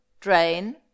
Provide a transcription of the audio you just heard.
drain